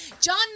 John